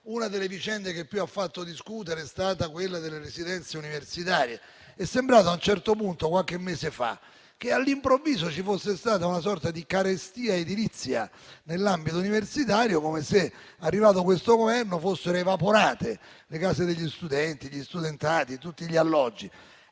una delle vicende che più ha fatto discutere è stata quella delle residenze universitarie. È sembrato a un certo punto, qualche mese fa, che all'improvviso ci fosse stata una sorta di carestia edilizia nell'ambito universitario, come se, arrivato questo Governo, fossero evaporate le case degli studenti, gli studentati e tutti gli alloggi.